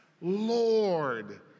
Lord